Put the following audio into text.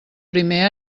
primer